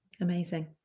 Amazing